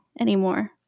anymore